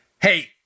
Hey